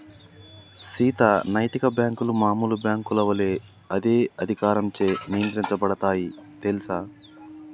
సీత నైతిక బాంకులు మామూలు బాంకుల ఒలే అదే అధికారంచే నియంత్రించబడుతాయి తెల్సా